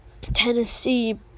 Tennessee